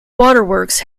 waterworks